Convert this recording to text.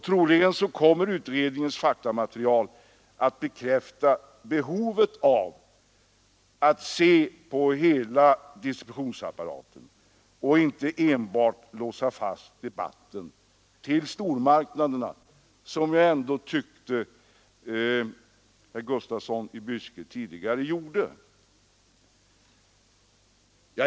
Troligen kommer utredningens faktamaterial att bekräfta behovet av att se på hela distributionsapparaten och inte låsa fast debatten enbart till stormarknaderna, vilket jag tyckte att herr Gustafsson i Byske gjorde.